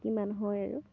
কিমান হয় আৰু